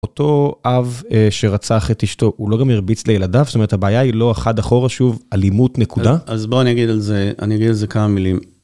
אותו אב שרצח את אשתו, הוא לא גם הרביץ לילדיו? זאת אומרת, הבעיה היא לא - אחד אחורה שוב - אלימות, נקודה? -אז בוא אני אגיד על זה, אני אגיד על זה כמה מילים